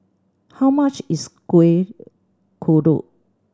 how much is Kuih Kodok